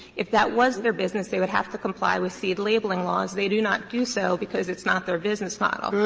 if that was their business they would have to comply with seed labeling laws. they do not do so because it's not their business model.